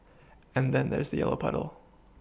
and then there's yellow puddle